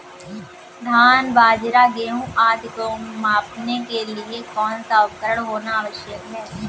धान बाजरा गेहूँ आदि को मापने के लिए कौन सा उपकरण होना आवश्यक है?